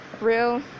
real